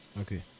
Okay